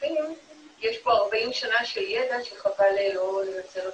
כשותפים כי יש פה 40 שנים של ידע שחבל לא לנצל אותו.